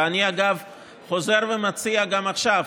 ואני אגב חוזר ומציע גם עכשיו,